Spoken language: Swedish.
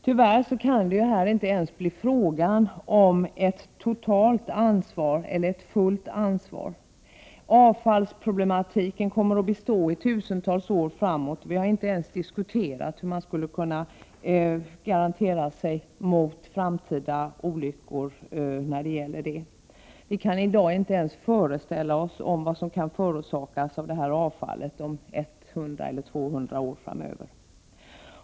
Tyvärr kan det här inte bli fråga om ett fullt ansvar. Avfallsproblematiken kommer att bestå i tusentals år framåt. Vi har inte ens diskuterat hur man skall garantera sig emot framtida olyckor när det gäller avfallet. Det går inte att i dag föreställa sig vad detta avfall kan förorsaka om 100 eller 200 år.